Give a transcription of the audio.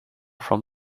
from